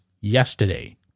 yesterday